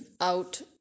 out